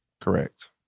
Correct